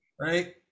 right